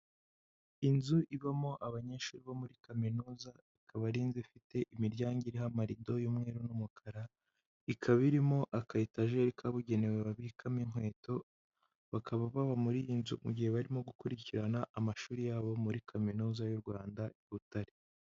Inzu ibamo abanyeshuri bo muri kaminuza, akaba ari inzu ifite imiryango iriho amarido y'umweru n'umukara, ikaba irimo akayetajeri kabugenewe babikamo inkweto, bakaba baba muri iyi nzu mu gihe barimo gukurikirana amashuri yabo muri kaminuza y'u Rwanda i Butare.